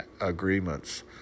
agreements